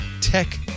tech